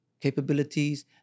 capabilities